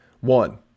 one